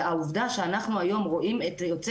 והעובדה שאנחנו היום רואים את זה יוצא